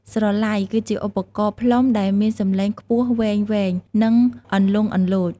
ស្រឡៃ គឺជាឧបករណ៍ផ្លុំដែលមានសំឡេងខ្ពស់វែងៗ និងលន្លង់លលោច។